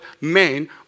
men